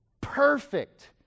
perfect